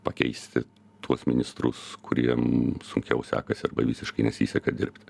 pakeisti tuos ministrus kuriem sunkiau sekasi arba visiškai nesiseka dirbt